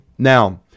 Now